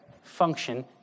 function